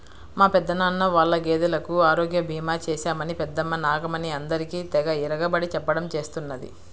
మా పెదనాన్న వాళ్ళ గేదెలకు ఆరోగ్య భీమా చేశామని పెద్దమ్మ నాగమణి అందరికీ తెగ ఇరగబడి చెప్పడం చేస్తున్నది